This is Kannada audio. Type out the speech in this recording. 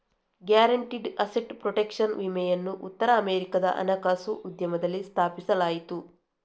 ಗ್ಯಾರಂಟಿಡ್ ಅಸೆಟ್ ಪ್ರೊಟೆಕ್ಷನ್ ವಿಮೆಯನ್ನು ಉತ್ತರ ಅಮೆರಿಕಾದ ಹಣಕಾಸು ಉದ್ಯಮದಲ್ಲಿ ಸ್ಥಾಪಿಸಲಾಯಿತು